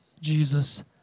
Jesus